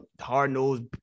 hard-nosed